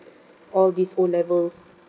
all these O levels